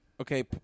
okay